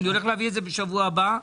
אני הולך להביא את זה בשבוע הבא.